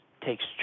takes